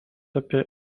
apie